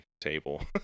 table